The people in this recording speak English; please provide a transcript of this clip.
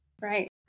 Right